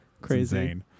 Crazy